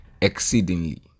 exceedingly